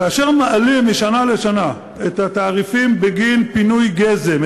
כאשר מעלים משנה לשנה את התעריפים בגין פינוי גזם,